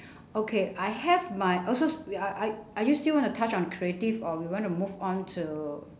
okay I have my also wait are are are you still going to touch on creative or you want to move on to